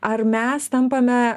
ar mes tampame